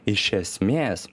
iš esmės